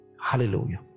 hallelujah